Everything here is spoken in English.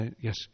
Yes